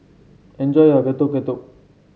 enjoy your Getuk Getuk